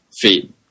feed